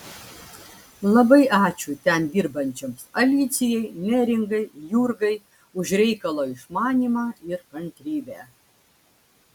labai ačiū ten dirbančioms alicijai neringai jurgai už reikalo išmanymą ir kantrybę